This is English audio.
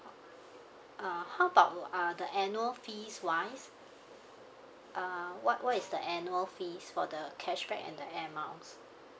uh how about uh the annual fees wise uh what what is the annual fees for the cashback and the air miles